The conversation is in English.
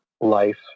life